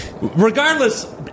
Regardless